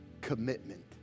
commitment